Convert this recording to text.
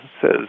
says